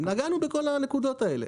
נגענו בכל הנקודות האלה.